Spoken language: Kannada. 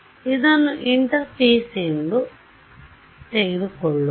ಆದ್ದರಿಂದ ಇದನ್ನು ಇಂಟರ್ಫೇಸ್ ಎಂದು ತೆಗೆದುಕೊಳ್ಳೋಣ